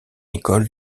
école